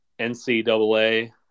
NCAA